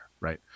right